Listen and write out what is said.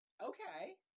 Okay